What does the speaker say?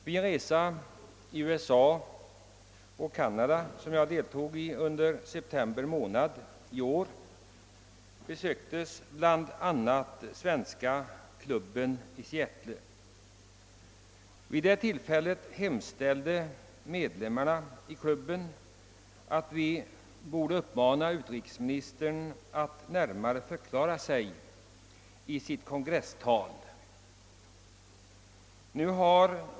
Vid en resa i USA och Canada som jag deltog i under september månad i år besöktes bl.a. svenska klubben i Seattle. Vid det tillfället hemställde medlemmarna i klubben att vi skulle uppmana utrikesministern att närmare förklara vad han menat med sitt kongresstal.